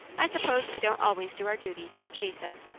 i suppose we don't always do our duty, she said.